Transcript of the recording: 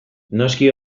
noski